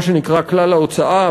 מה שנקרא כלל ההוצאה,